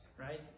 right